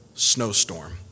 snowstorm